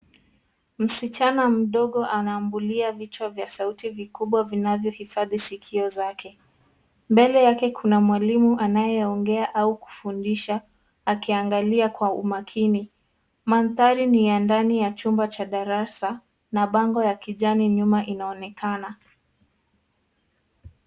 Msichana mdogo anamvulia vichwa vya sauti vikubwa vinavyohifadhi sikio zake. Mbele yake kuna mwalimu anayeongea au kufundisha, akiangalia kwa umakini. Mandhari ni ya ndani ya chumba cha darasa, na bango ya kijani nyuma inaonekana.